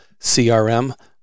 CRM